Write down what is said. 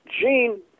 Gene